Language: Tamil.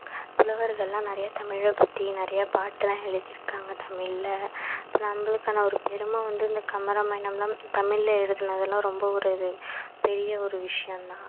புலவர்கள்லாம் நிறையா தமிழை பற்றி நிறையா பாட்டுலாம் எழுதியிருக்காங்க தமிழில் இப்போ நம்மளுக்கான ஒரு பெருமை வந்து இந்த கம்பராமாயணம்லாம் தமிழில் எழுதுனதலாம் ரொம்ப ஒரு இது பெரிய ஒரு விஷயம் தான்